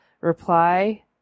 reply